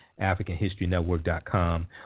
AfricanHistoryNetwork.com